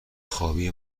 خوابی